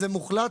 זה מוחלט,